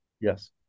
Yes